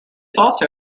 also